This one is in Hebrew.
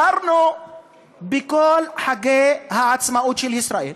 שרנו בכל חגי העצמאות של ישראל,